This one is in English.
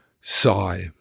sigh